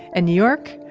and new york,